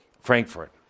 Frankfurt –